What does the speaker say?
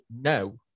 no